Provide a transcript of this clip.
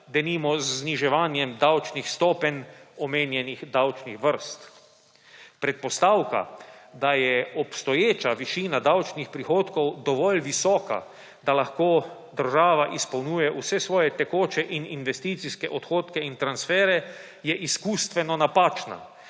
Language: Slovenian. denimo z zniževanjem davčnih stopenj omenjenih davčnih vrst. Predpostavka, da je obstoječa višina davčnih prihodkov dovolj visoka, da lahko država izpolnjuje vse svoje tekoče in investicijske odhodke in transfere, je izkustveno napačna.